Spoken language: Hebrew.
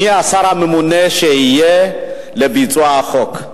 מי השר שיהיה הממונה על ביצוע החוק?